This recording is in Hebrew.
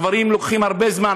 הדברים לוקחים הרבה זמן.